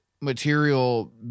material